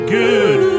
good